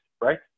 right